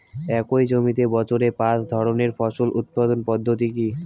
একই জমিতে বছরে পাঁচ ধরনের ফসল উৎপাদন পদ্ধতি কী?